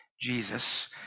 Jesus